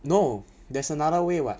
no there's another way [what]